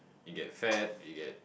you get fat you get